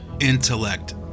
intellect